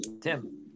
Tim